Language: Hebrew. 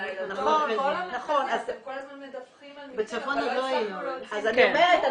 אז אני אומרת,